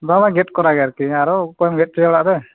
ᱵᱟᱝ ᱵᱟᱝ ᱜᱮᱫ ᱠᱚᱨᱟ ᱜᱮ ᱟᱨᱠᱤ ᱟᱨᱚ ᱚᱠᱚᱭᱮᱢ ᱜᱮᱫ ᱚᱪᱚᱭᱮᱭᱟ ᱚᱲᱟᱜ ᱨᱮ